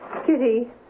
Kitty